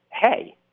hey